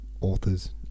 authors